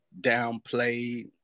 downplayed